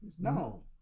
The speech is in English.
No